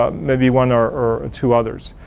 um maybe one or or two others.